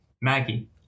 Maggie